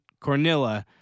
Cornilla